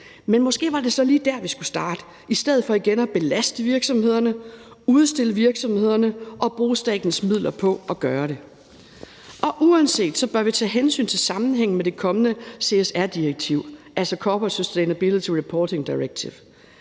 Men måske var det så lige der, vi skulle starte, i stedet for igen at belaste virksomhederne, udstille virksomhederne og bruge statens midler på at gøre det. Uanset hvad bør vi tage hensyn til sammenhængen med det kommende CSRD-direktiv, altså corporate sustainability reporting directive.